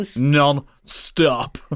Non-stop